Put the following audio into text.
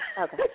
Okay